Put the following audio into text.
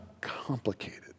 complicated